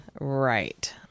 Right